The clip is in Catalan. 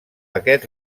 aquests